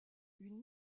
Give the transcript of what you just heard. une